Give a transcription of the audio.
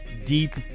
deep